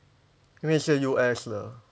因为是 U_S 的